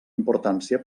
importància